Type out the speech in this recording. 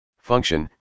Function